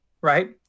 right